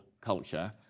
culture